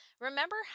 Remember